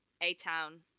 A-Town